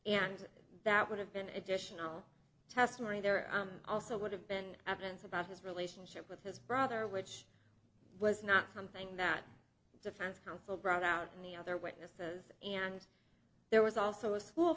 and that would have been additional testimony there also would have been evidence about his relationship with his brother which was not something that defense counsel brought out and the other witnesses and there was also a school